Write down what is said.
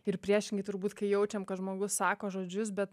ir priešingai turbūt kai jaučiam kad žmogus sako žodžius bet